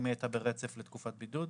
אם היא הייתה ברצף לתקופת בידוד